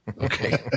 Okay